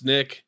Nick